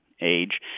age